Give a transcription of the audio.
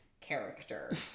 character